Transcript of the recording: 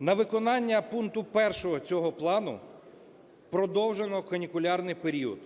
На виконання пункту 1 цього плану продовжено канікулярний період,